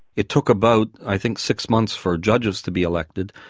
it took about i think six months for judges to be elected,